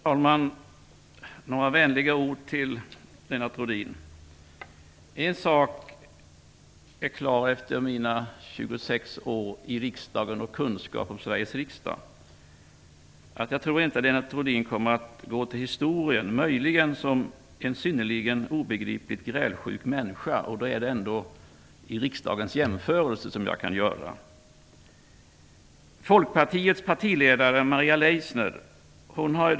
Herr talman! Några vänliga ord till Lennart Rohdin: En sak är klar efter mina 26 år i riksdagen och med min kunskap om Sveriges riksdag, att jag inte tror att Lennart Rohdin kommer att gå till historien. Det skulle möjligen vara som en synnerligen obegripligt grälsjuk människa. Det är ändå den jämförelse som jag kan göra efter mina år i riksdagen. Folkpartiets partiledare Maria Leissner har i dag kl.